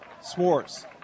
Swartz